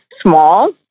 small